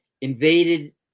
invaded